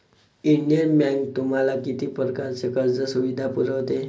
Indian bank तुम्हाला किती प्रकारच्या कर्ज सुविधा पुरवते?